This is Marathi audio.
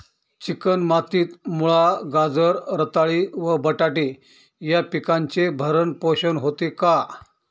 चिकण मातीत मुळा, गाजर, रताळी व बटाटे या पिकांचे भरण पोषण होते का?